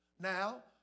Now